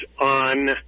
on